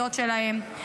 המשיחיות שלהם.